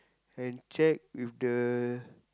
and check with the